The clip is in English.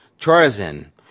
Chorazin